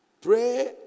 pray